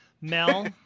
Mel